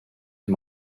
him